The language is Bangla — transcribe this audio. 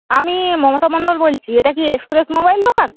আমি মমতা মণ্ডল বলছি এটা কি এক্সপ্রেস মোবাইল দোকান